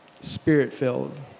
spirit-filled